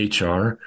HR